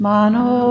Mano